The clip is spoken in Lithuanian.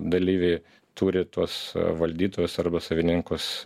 dalyviai turi tuos valdytojus arba savininkus